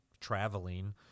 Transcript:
traveling